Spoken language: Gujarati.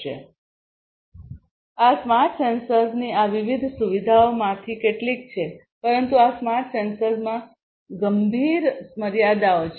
તેથી આ સ્માર્ટ સેન્સર્સની આ વિવિધ સુવિધાઓમાંથી કેટલીક છે પરંતુ આ સ્માર્ટ સેન્સર્સમાં ગંભીર મર્યાદાઓ છે